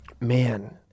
Man